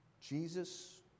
Jesus